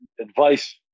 advice